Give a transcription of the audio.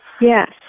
Yes